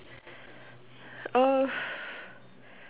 err